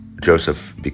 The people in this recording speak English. Joseph